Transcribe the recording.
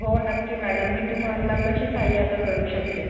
हो नक्की मॅडम मी तुम्हाला कशी सहाय्यता करू शकते